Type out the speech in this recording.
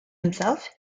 himself